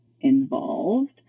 involved